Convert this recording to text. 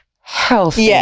healthy